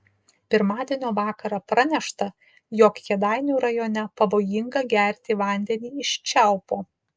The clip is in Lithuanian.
pirmadienio vakarą pranešta jog kėdainių rajone pavojinga gerti vandenį iš čiaupo